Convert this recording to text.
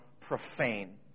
profane